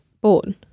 born